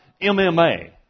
MMA